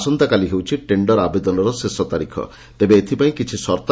ଆସନ୍ତାକାଲି ହେଉଛି ଟେଣ୍ଡର ଆବେଦନର ଶେଷ ତାରିଖ ତେବେ ଏଥ୍ପାଇଁ କିଛି ସର୍ଉ